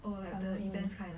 or like the events kind lah